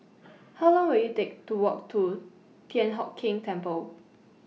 How Long Will IT Take to Walk to Thian Hock Keng Temple